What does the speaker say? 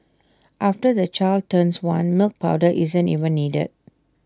after the child turns one milk powder isn't even needed